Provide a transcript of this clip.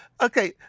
okay